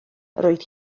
roedd